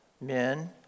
men